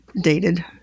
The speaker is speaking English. dated